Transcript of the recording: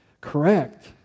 correct